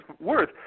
worth